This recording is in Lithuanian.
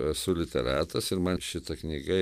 esu literatas ir man šita knyga